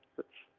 that's